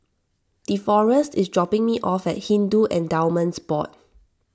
Deforest is dropping me off at Hindu Endowments Board